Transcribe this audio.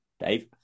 Dave